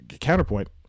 counterpoint